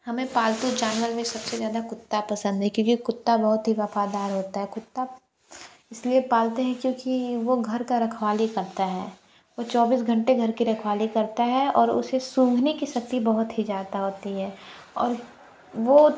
हमें पालतू जानवर में सबसे ज़्यादा कुत्ता पसंद है क्योंकि कुत्ता बहुत ही वफ़ादार होता है कुत्ता इसलिए पालते हैं क्योंकि वो घर का रखवाली करता है वो चौबीस घंटे घर की रखवाली करता है और उसे सूंघने की शक्ति बहुत ही ज़्यादा होती है और वो